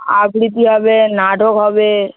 আবৃতি হবে নাটক হবে